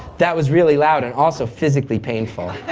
that was really loud and also physically painful.